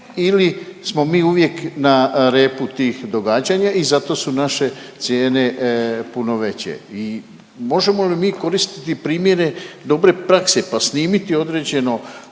ili smo mi uvijek na repu tih događanja i zato su naše cijene puno veće i možemo li mi koristiti primjere dobre prakse pa snimiti određeno